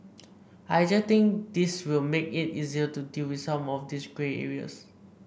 I actually think this will make it easier to deal with some of these grey areas